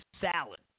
salad